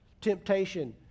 temptation